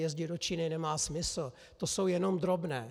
Jezdit do Číny nemá smysl, to jsou jenom drobné.